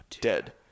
dead